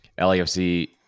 LAFC